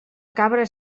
cabra